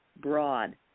Broad